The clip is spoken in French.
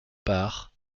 part